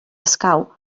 escau